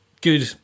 good